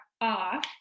off